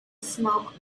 smoke